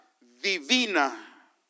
divina